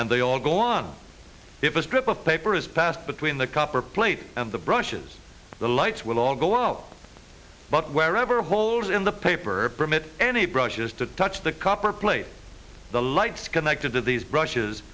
and they all go on if a strip of paper is passed between the copper plate and the brushes the lights will all go out but wherever holes in the paper permit any brushes to touch the copper plate the lights connected to these brus